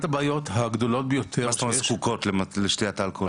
מה זאת אומרת זקוקות לשתיית אלכוהול?